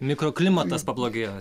mikroklimatas pablogėjo